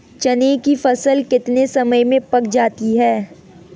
चने की फसल कितने समय में पक जाती है?